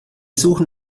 suchen